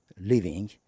living